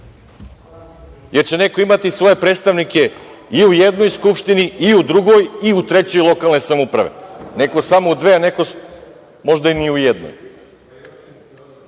jer će neko imati svoje predstavnike i u jednoj skupštini, i u drugoj, i u trećoj, lokalne samouprave. Neko samo u dve, a neko možda ni u jednoj. Druga